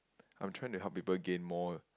I'm trying to help people gain more